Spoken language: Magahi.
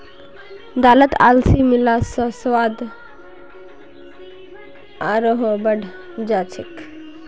दालत अलसी मिला ल स्वाद आरोह बढ़ जा छेक